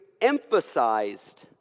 emphasized